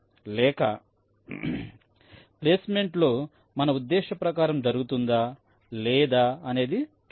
లేక placement phase లో మన ఉద్దేశ ప్రకారం జరుగుతుందా లేదా అనేది చూడాల్సి వుంది